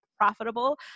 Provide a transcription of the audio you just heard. profitable